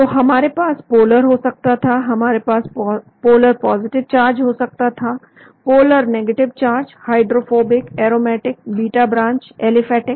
तो हमारे पास पोलर हो सकता था हमारे पास पोलर पॉजिटिव चार्ज हो सकता था polar negative charge hydrophobic aromatic beta branch aliphatic